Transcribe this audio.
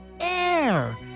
Air